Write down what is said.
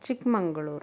Chikmagalur